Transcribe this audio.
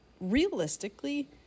realistically